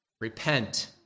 repent